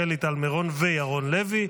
שלי טל מירון וירון לוי,